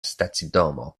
stacidomo